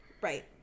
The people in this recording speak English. right